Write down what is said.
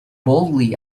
boldly